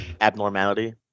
abnormality